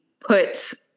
put